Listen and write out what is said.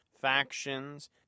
factions